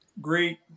great